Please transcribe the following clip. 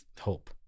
hope